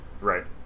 right